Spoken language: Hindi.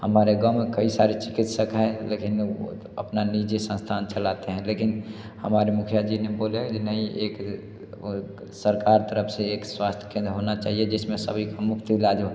हमारे गाँव में कई सारे चिकित्सक हैं लेकिन अपना निजी संसथान चलाते हैं लेकिन हमारे मुखिया जी ने बोले नहीं एक सरकार तरफ़ से एक स्वास्थ्य केंद्र होना चाहिए जिसमें सभी का मुफ़्त इलाज हो